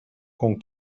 con